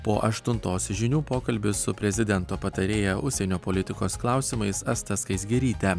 po aštuntos žinių pokalbis su prezidento patarėja užsienio politikos klausimais asta skaisgiryte